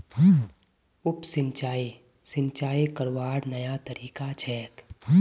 उप सिंचाई, सिंचाई करवार नया तरीका छेक